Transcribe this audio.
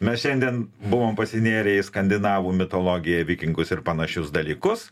mes šiandien buvom pasinėrę į skandinavų mitologiją vikingus ir panašius dalykus